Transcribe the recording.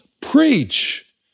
preach